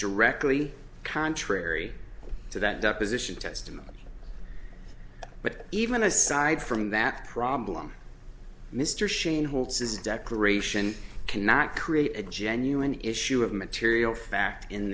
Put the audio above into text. directly contrary to that deposition testimony but even aside from that problem mr sheen holds his declaration cannot create a genuine issue of material fact in